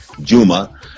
Juma